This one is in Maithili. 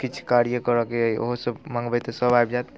किछु कार्य करयके अइ ओहोसभ मङ्गबै तऽ सभ आबि जायत